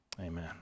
amen